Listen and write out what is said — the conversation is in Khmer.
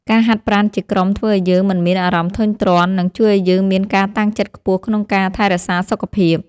ការហាត់ប្រាណជាក្រុមធ្វើឱ្យយើងមិនមានអារម្មណ៍ធុញទ្រាន់ និងជួយឱ្យយើងមានការតាំងចិត្តខ្ពស់ក្នុងការថែរក្សាសុខភាព។